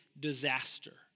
Disaster